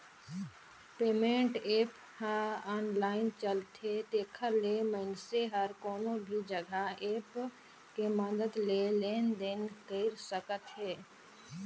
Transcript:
payment app ह online चलथे तेखर ले मइनसे हर कोनो भी जघा ऐप के मदद ले लेन देन कइर सकत हे